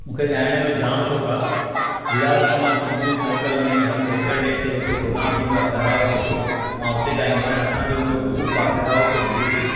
मूंखे ॻायण जो जाम शौंक़ु आहे फिलहालु त मां सिंधु सर्कल में हर सैटरडे ते उते प्रोग्राम थींदो आहे काराओके जो मां उते ॻाईंदो आहियां असांजो पूरो ग्रुप आहे काराओके